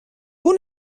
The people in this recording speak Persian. اون